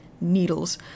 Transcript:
Needles